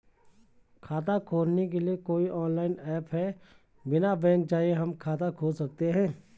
खाता खोलने के लिए कोई ऑनलाइन ऐप है बिना बैंक जाये हम खाता खोल सकते हैं?